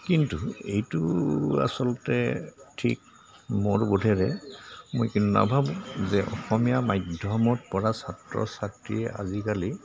কিন্তু এইটো আচলতে ঠিক মোৰ বোধেৰে মই কিন্ত নাভাবোঁ যে অসমীয়া মাধ্যমত পঢ়া ছাত্ৰ ছাত্ৰীয়ে আজিকালি